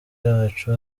yacu